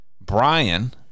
brian